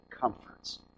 comforts